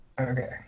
okay